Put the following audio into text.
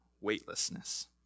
weightlessness